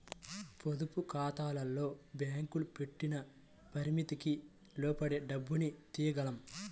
పొదుపుఖాతాల్లో బ్యేంకులు పెట్టిన పరిమితికి లోబడే డబ్బుని తియ్యగలం